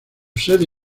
sede